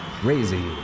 crazy